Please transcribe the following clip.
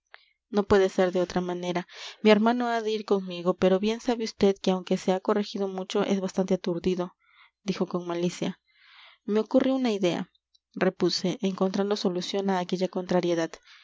no puede ser de otra manera mi hermano ha de ir conmigo pero bien sabe vd que aunque se ha corregido mucho es bastante aturdido dijo con malicia me ocurre una idea repuse encontrando solución a aquella contrariedad